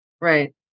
right